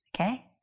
Okay